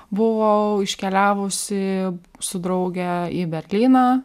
buvau iškeliavusi su drauge į berlyną